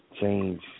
change